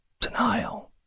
Denial